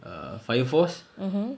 err Fire Force